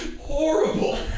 horrible